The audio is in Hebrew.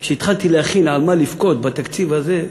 כשהתחלתי להכין על מה לבכות בתקציב הזה,